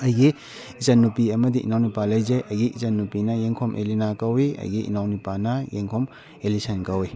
ꯑꯩꯒꯤ ꯏꯆꯟ ꯅꯨꯄꯤ ꯑꯃꯗꯤ ꯏꯅꯥꯎ ꯅꯨꯄꯥ ꯂꯩꯖꯩ ꯑꯩꯒꯤ ꯏꯆꯟ ꯅꯨꯄꯤꯅ ꯌꯦꯡꯈꯣꯝ ꯑꯦꯂꯤꯅꯥ ꯀꯧꯏ ꯑꯩꯒꯤ ꯏꯅꯥꯎ ꯅꯨꯄꯥꯅ ꯌꯦꯡꯈꯣꯝ ꯑꯦꯂꯤꯁꯟ ꯀꯧꯏ